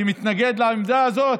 שמתנגד לעמדה הזאת,